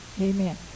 Amen